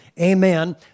Amen